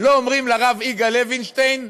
לא אומרים לרב יגאל לוינשטיין: